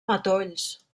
matolls